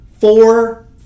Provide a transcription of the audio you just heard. four